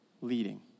leading